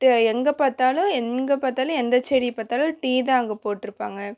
இது எங்கே பார்த்தாலும் எங்கே பார்த்தாலும் எந்த செடி பார்த்தாலும் டீ தான் அங்கே போட்டிருப்பாங்க